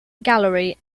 gallery